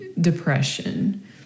depression